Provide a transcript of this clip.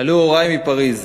עלו הורי מפריז,